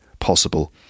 Possible